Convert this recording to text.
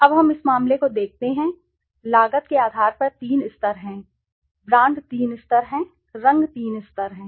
अब हम इस मामले को देखते हैं लागत के आधार पर तीन स्तर हैं ब्रांड तीन स्तर हैं रंग तीन स्तर हैं